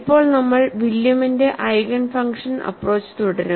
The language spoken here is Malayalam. ഇപ്പോൾ നമ്മൾ വില്യമിന്റെ ഐഗേൻ ഫംഗ്ഷൻ അപ്പ്രോച്ച്Williams Eigen Function approach തുടരും